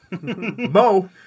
Mo